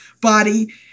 body